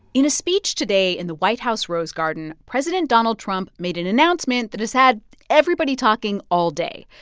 in a speech today in the white house rose garden, president donald trump made an announcement that has had everybody talking all day.